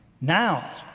Now